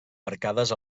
arcades